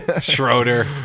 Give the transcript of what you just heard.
Schroeder